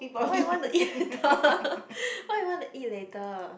what you want to eat later what you want to eat later